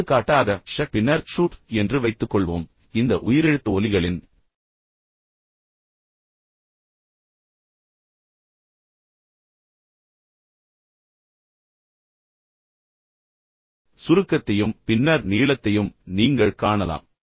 எடுத்துக்காட்டாக ஷட் பின்னர் ஷூட் என்று வைத்துக்கொள்வோம் எனவே இந்த உயிரெழுத்து ஒலிகளின் சுருக்கத்தையும் பின்னர் நீளத்தையும் நீங்கள் காணலாம்